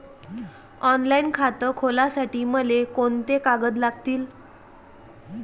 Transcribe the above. Online खातं खोलासाठी मले कोंते कागद लागतील?